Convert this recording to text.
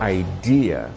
idea